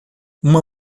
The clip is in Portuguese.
uma